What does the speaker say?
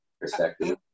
perspective